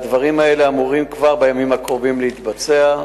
והדברים האלה אמורים כבר בימים הקרובים להתבצע,